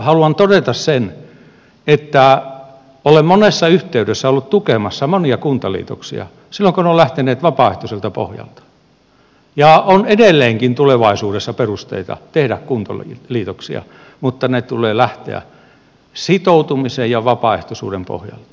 haluan todeta sen että olen monessa yhteydessä ollut tukemassa monia kuntaliitoksia silloin kun ne ovat lähteneet vapaaehtoiselta pohjalta ja on edelleenkin tulevaisuudessa perusteita tehdä kuntaliitoksia mutta niiden tulee lähteä sitoutumisen ja vapaaehtoisuuden pohjalta